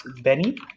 Benny